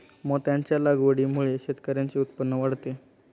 मोत्यांच्या लागवडीमुळे शेतकऱ्यांचे उत्पन्न वाढते